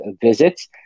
visits